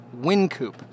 Wincoop